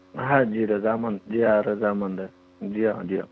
ہاں جی رضامند جی ہاں رضامند ہے جی ہاں جی ہاں